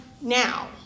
now